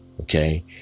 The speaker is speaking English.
okay